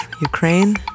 Ukraine